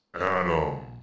Adam